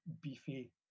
beefy